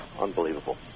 unbelievable